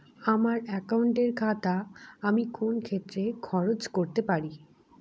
আমার একাউন্ট এর টাকা আমি কোন কোন ক্ষেত্রে খরচ করতে পারি?